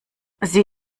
sie